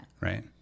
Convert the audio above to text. right